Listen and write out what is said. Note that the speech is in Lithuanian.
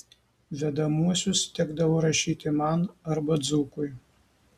vedamuosius tekdavo rašyti man arba dzūkui